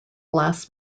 glass